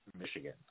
Michigan